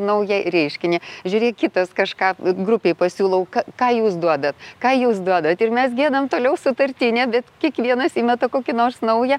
naują reiškinį žiūrėk kitas kažką grupei pasiūlau ką jūs duodat ką jūs duodat ir mes giedam toliau sutartinę bet kiekvienas įmeta kokį nors naują